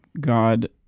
God